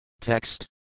Text